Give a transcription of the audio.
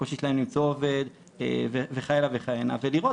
קושי של למצוא עובד וכהנה וכהנה ולראות,